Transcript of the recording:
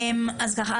אז ככה,